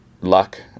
luck